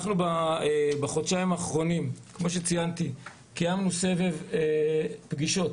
אנחנו בחודשיים האחרונים קיימנו סבב פגישות